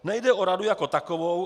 Nejde o radu jako takovou.